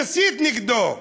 נסית נגדו.